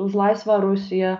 už laisvą rusiją